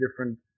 different